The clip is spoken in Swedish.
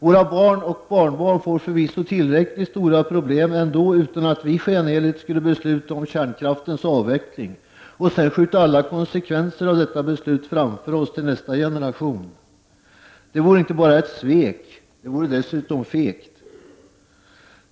Våra barn och barnbarn får förvisso tillräckligt stora problem ändå, utan att vi skenheligt skulle besluta om kärnkraftens avveckling och sedan skjuta alla konse kvenser av detta beslut framför oss till nästa generation. Det vore inte bara ett svek, det vore dessutom fegt.